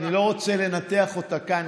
אני לא רוצה לנתח אותה כאן,